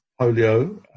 polio